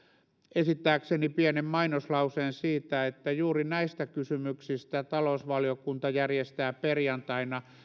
esittääkseni pienen mainoslauseen siitä että juuri näistä kysymyksistä talousvaliokunta järjestää perjantaina